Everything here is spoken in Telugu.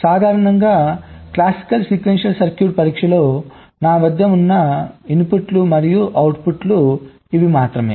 సాధారణంగా క్లాసికల్ సీక్వెన్షియల్ సర్క్యూట్ పరీక్షలో నా వద్ద ఉన్న ఇన్పుట్లు మరియు అవుట్పుట్లు ఇవి మాత్రమే